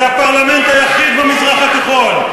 זה הפרלמנט היחיד במזרח התיכון.